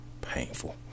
painful